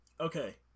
Okay